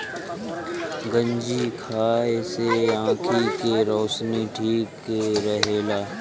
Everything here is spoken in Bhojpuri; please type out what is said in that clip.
गंजी खाए से आंखी के रौशनी ठीक रहेला